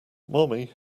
mommy